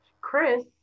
Chris